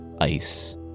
ice